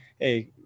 Hey